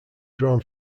drawn